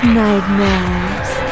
nightmares